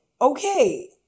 okay